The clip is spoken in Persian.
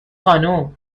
خانم